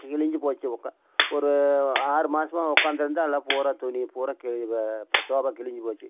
கிழிஞ்சு போச்சு உட்கா ஒரு ஆறுமாசமாக உக்காந்துருந்தா எல்லா பூரா துணி பூராக கிழிஞ்சு பா சோபா கிழிஞ்சு போச்சு